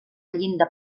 llinda